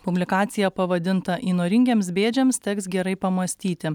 publikacija pavadinta įnoringiems bėdžiams teks gerai pamąstyti